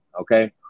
Okay